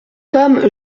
comme